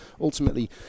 ultimately